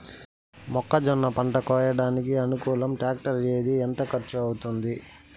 మొక్కజొన్న పంట కోయడానికి అనుకూలం టాక్టర్ ఏది? ఎంత ఖర్చు అవుతుంది?